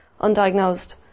undiagnosed